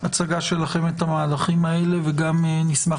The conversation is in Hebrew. הצגה שלכם את המהלכים האלה וגם נשמח